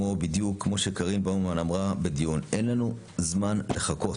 בדיוק כמו שקארין באומן אמרה בדיון: אין לנו זמן לחכות.